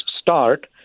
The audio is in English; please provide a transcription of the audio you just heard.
start